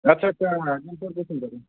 आत्सा आत्सा मा सोंगौमोन